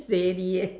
steady eh